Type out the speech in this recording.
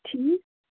ٹھیٖک